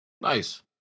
Nice